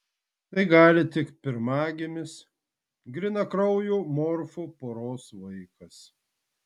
tai gali tik pirmagimis grynakraujų morfų poros vaikas